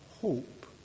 hope